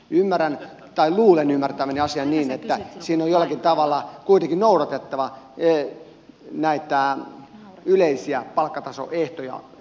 ymmärrän tai luulen ymmärtäväni asian niin että siinä on jollakin tavalla kuitenkin noudatettava näitä yleisiä palkkatasoehtoja